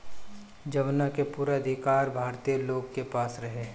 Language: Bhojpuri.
जवना के पूरा अधिकार भारतीय लोग के पास रहे